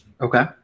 Okay